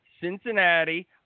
Cincinnati